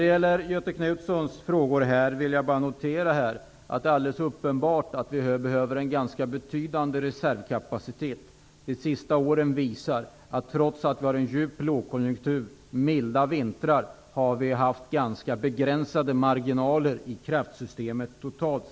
Som svar på Göthe Knutsons frågor vill jag bara notera att det är alldeles uppenbart att vi behöver en ganska betydande reservkapacitet. Under de senaste åren har vi haft ganska begränsade marginaler i kraftsystemet totalt sett, trots att vi har en djup lågkonjunktur och trots att vintrarna har varit milda.